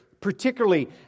particularly